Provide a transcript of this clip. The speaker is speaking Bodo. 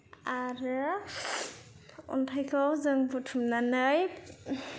आरो अन्थायखौ जों बुथुमनानै